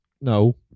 No